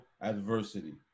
adversity